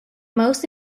most